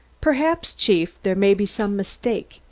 perhaps, chief, there may be some mistake?